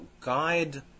guide